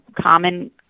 common